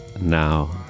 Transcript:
Now